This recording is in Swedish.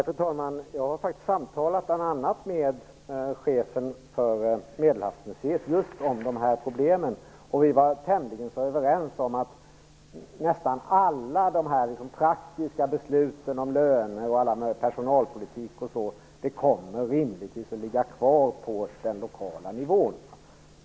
Fru talman! Jag har samtalat bl.a. med chefen för Medelhavsmuseet just om de här problemen, och vi var tämligen överens om att nästan alla de här praktiska besluten om löner, personalpolitik och så rimligtvis kommer att ligga kvar på den lokala nivån.